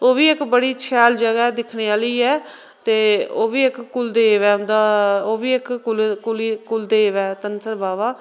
ओह् बी इक बड़ी शैल जगह दिक्खने आह्ली ऐ ते ओह् बी एक्क कुलदेव ऐ उंदा ओह् बी इक कुल कुल कुलदेव ऐ धनसर बाबा